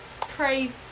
Pray